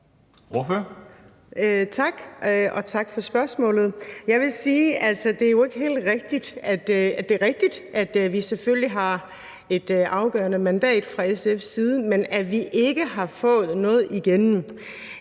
Tak. Og tak for spørgsmålet. Jeg vil sige, at det er rigtigt, at vi selvfølgelig har et afgørende mandat fra SF's side; men at vi ikke har fået noget igennem,